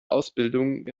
ausbildung